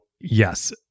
yes